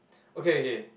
okay okay